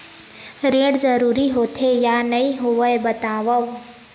ऋण जरूरी होथे या नहीं होवाए बतावव?